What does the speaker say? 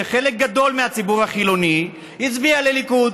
חלק גדול מהציבור החילוני הצביע לליכוד,